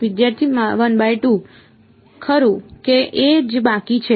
વિદ્યાર્થી ખરું કે એ જ બાકી છે